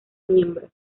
miembros